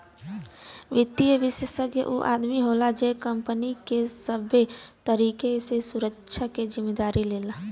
वित्तीय विषेशज्ञ ऊ आदमी होला जे कंपनी के सबे तरीके से सुरक्षा के जिम्मेदारी लेला